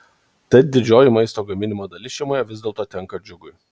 tad didžioji maisto gaminimo dalis šeimoje vis dėlto tenka džiugui